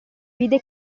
vide